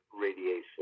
radiation